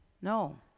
No